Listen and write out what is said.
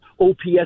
OPS